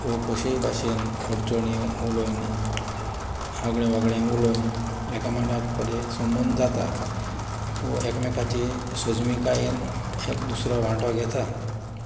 वो कशेय भाशेन ओडचोणी उलोयन आगळे वागळें उलोयन एकामेका वांगडा घोडये संबंद जाता वो एकमेकाचे सोजमिकायेन एक दुसरो वांटो घेता